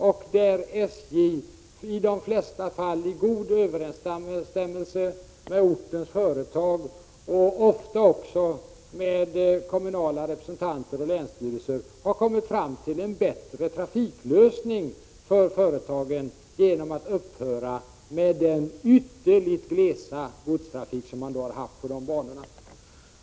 SJ har i de flesta sådana fall i god överensstämmelse med vad ortens företag, och ofta också representanter för kommuner och länsstyrelser, anser kommit fram till en bättre trafiklösning för företagen genom att upphöra med den ytterligt glesa godstrafik som har funnits på de banorna.